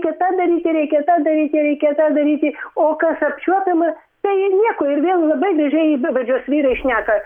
reikia tą daryti reikia tą reikia tą daryti o kas apčiuopiama tai ir nieko ir vėl labai gražiai be valdžios vyrai šneka